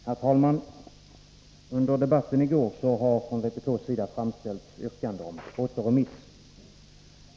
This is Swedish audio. Herr talman! Under debatten i går har från vpk:s sida framställts yrkande om återremiss.